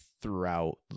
throughout